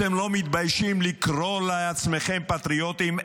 אתם לא מתביישים לקרוא לעצמכם פטריוטים?